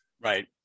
right